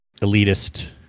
elitist